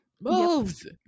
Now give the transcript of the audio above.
Moves